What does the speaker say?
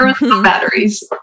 batteries